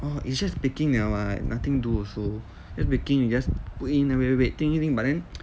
orh it's just baking nia [what] nothing to do also just baking you just put in wait wait wait but then